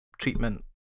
treatment